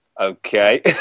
Okay